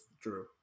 Drew